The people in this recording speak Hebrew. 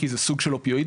כי זה סוג של אופיואידים,